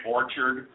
Orchard